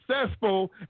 successful